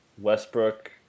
Westbrook